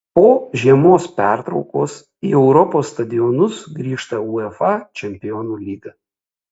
po žiemos pertraukos į europos stadionus grįžta uefa čempionų lyga